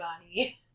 body